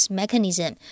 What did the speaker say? mechanism